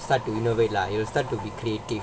start to innovate lah you will start to be creative